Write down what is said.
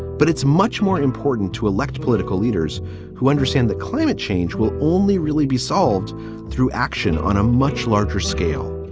but it's much more important to elect political leaders who understand that climate change will only really be solved through action on a much larger scale